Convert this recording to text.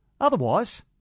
Otherwise